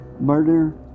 Murder